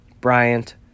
Bryant